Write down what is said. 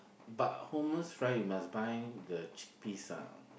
but hummus fry you must buy the chickpeas ah